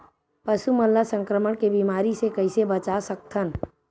पशु मन ला संक्रमण के बीमारी से कइसे बचा सकथन?